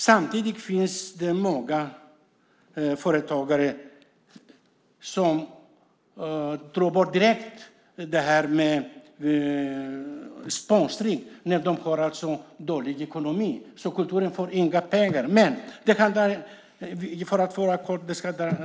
Samtidigt finns det många företagare som drar bort sponsringen direkt när de har dålig ekonomi. Kulturen får då inga pengar. Jag ska fatta mig kort.